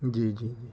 جی جی جی